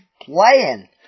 playing